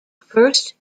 first